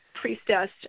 priestess